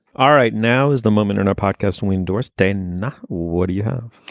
all right. now is the moment in our podcast we endorse dana. what do you have?